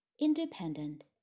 Independent